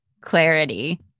clarity